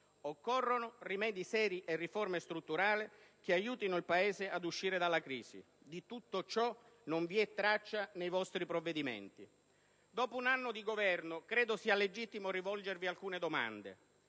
occorrono rimedi seri e riforme strutturali, che aiutino il Paese a uscire dalla crisi. Di tutto ciò non vi è traccia nei vostri provvedimenti. Dopo un anno di Governo, credo sia legittimo rivolgervi alcune domande.